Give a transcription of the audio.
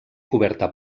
coberta